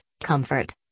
comfort